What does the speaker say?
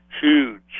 Huge